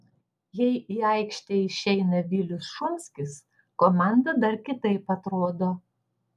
jei į aikštę išeina vilius šumskis komanda dar kitaip atrodo